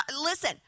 listen